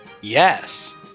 yes